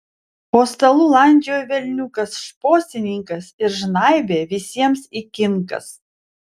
po stalu landžiojo velniukas šposininkas ir žnaibė visiems į kinkas